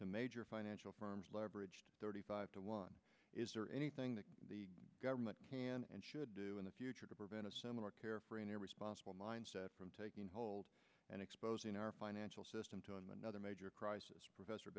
to major financial firms leveraged thirty five to one is there anything that the government can and should do in the future to prevent a similar carefree in a responsible mindset from taking hold and exposing our financial system to another major crisis professor